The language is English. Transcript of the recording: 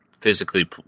physically